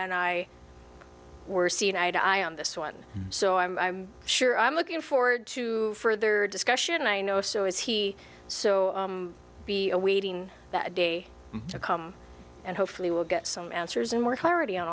and i were seen eye to eye on this one so i'm i'm sure i'm looking forward to further discussion and i know so is he so be awaiting that day to come and hopefully we'll get some answers and more hardy on